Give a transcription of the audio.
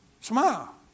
Smile